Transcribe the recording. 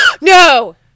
No